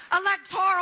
Electoral